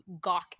gawk